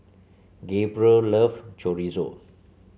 Gabrielle love Chorizo